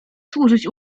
służyć